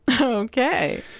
Okay